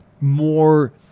more